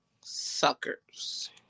suckers